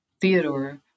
Theodore